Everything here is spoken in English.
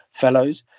fellows